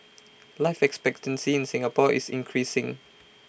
life expectancy in Singapore is increasing